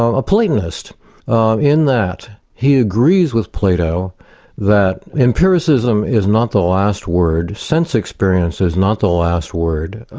a platonist in that he agrees with plato that empiricism is not the last word. sense experience is not the last word,